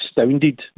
astounded